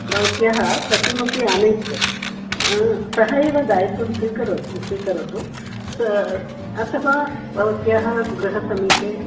भवत्याः पतिमपि आनयतु सः एव दायित्वं स्वीकरोति स्वीकरोति अथवा भवत्याः गृहसमीपे